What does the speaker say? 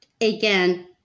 again